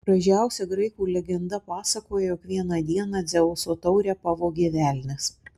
gražiausia graikų legenda pasakoja jog vieną dieną dzeuso taurę pavogė velnias